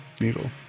needle